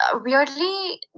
weirdly